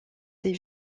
des